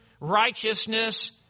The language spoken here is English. righteousness